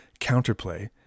counterplay